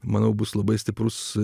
manau bus labai stiprus